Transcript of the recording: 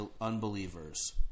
unbelievers